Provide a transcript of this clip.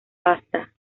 pasta